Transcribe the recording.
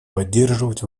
поддерживать